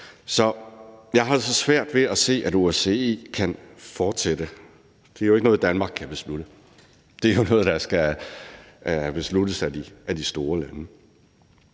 Så jeg har altså svært ved at se, at OSCE kan fortsætte. Det er jo ikke noget, Danmark kan beslutte. Det er noget, der skal besluttes af de store lande.